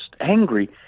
angry